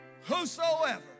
whosoever